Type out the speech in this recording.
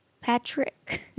Patrick